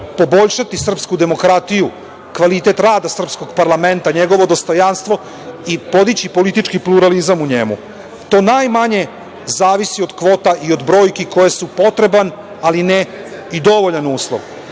poboljšati srpsku demokratiju, kvalitet rada srpskog parlamenta, njegovo dostojanstvo i podići politički pluralizam u njemu, to najmanje zavisi od kvota i od brojki koje su potreban, ali ne i dovoljan uslov. Jer,